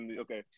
Okay